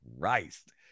christ